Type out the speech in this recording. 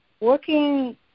Working